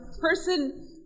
person